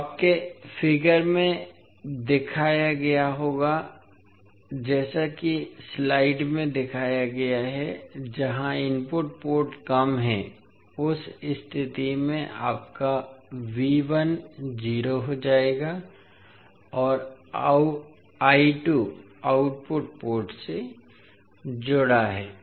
तो आपका आंकड़ा ऐसा दिखाई देगा जैसा कि स्लाइड में दिखाया गया है जहां इनपुट पोर्ट कम है उस स्थिति में आपका 0 हो जाएगा और आउटपुट पोर्ट से जुड़ा है